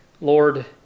Lord